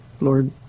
Lord